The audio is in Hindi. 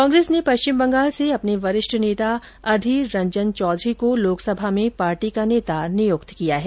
कांग्रेस ने पश्चिम बंगाल से अपने वरिष्ठ नेता अधीर रंजन चौधरी को लोकसभा में पार्टी का नेता नियुक्त किया है